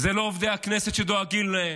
אלה לא עובדי הכנסת שדואגים להם,